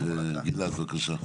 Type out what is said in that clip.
גלעד, בבקשה.